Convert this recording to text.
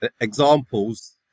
Examples